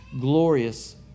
glorious